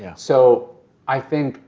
yeah so i think,